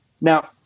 now